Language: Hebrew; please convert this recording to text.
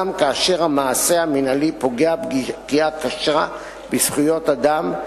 גם כאשר המעשה המינהלי פוגע פגיעה קשה בזכויות אדם,